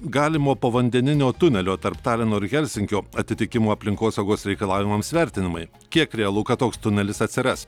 galimo povandeninio tunelio tarp talino ir helsinkio atitikimo aplinkosaugos reikalavimams vertinimai kiek realu kad toks tunelis atsiras